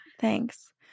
Thanks